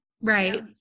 Right